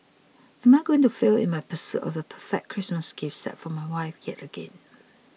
am I going to fail in my pursuit of the perfect Christmas gift set for my wife yet again